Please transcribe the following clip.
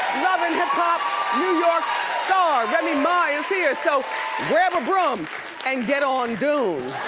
love and hip hop new york star, remy ma is here. so grab a broom and get on doon.